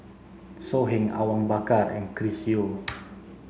So Heng Awang Bakar and Chris Yeo